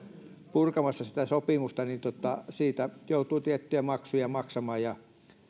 purkamassa niin siitä joutuu tiettyjä maksuja maksamaan